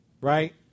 right